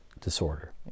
disorder